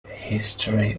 history